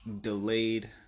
delayed